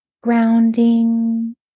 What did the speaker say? grounding